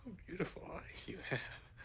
beautiful eyes you have.